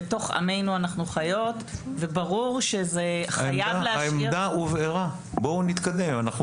בתוך עמנו אנחנו חיות וברור שזה חייב להשאיר --- העמדה הובהרה.